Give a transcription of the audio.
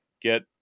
get